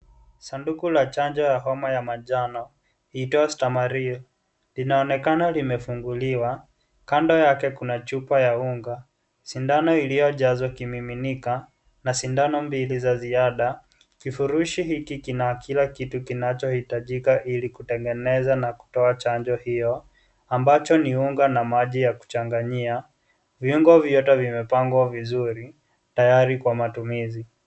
Sanduku la chanjo ya homa ya manjano iitwayo Stamaril, linaonekana limefunguliwa. Kando yake kuna chupa ya unga, sindano iliyojazwa kimiminika na sindano mbili za ziada. Kifurushi hiki kina kila kitu kinachohitajika ili kutengeneza na kutoa chanjo hiyo; ambacho ni unga na maji ya kuchanganyia. Viungo vyote vimepangwa vizuri, tayari kwa matumizi.